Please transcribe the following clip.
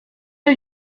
der